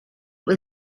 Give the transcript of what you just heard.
was